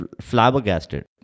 flabbergasted